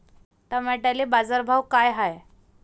टमाट्याले बाजारभाव काय हाय?